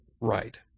Right